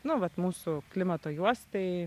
nu vat mūsų klimato juostai